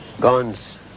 guns